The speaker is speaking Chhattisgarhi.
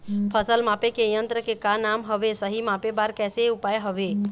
फसल मापे के यन्त्र के का नाम हवे, सही मापे बार कैसे उपाय हवे?